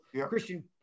Christian